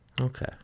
Okay